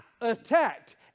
attacked